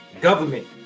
government